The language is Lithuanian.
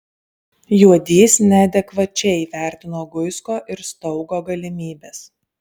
juodys neadekvačiai vertino guisko ir staugo galimybes